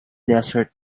desert